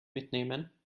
mitnehmen